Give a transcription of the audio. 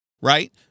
right